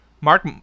Mark